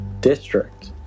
district